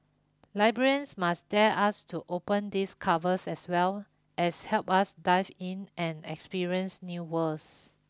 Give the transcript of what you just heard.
librarians must dare us to open these covers as well as help us dive in and experience new worlds